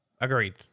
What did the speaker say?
Agreed